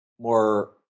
more